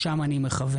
לשם אני מכוון.